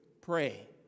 pray